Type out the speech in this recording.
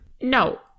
No